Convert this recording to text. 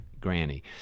granny